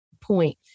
point